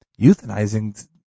euthanizing